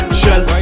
shell